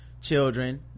children